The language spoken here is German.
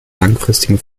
langfristigen